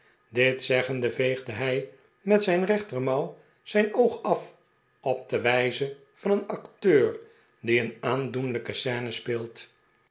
dit zeggende veegde hij met zijn rechtermouw zijn oog af op de wijze van een acteur die een aandoenlijke